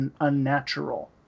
unnatural